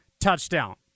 touchdown